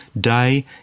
day